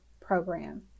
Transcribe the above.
program